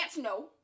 no